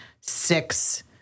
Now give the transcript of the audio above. six